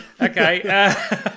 Okay